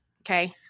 Okay